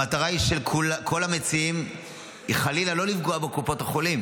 המטרה של כל המציעים היא חלילה לא לפגוע בקופות החולים,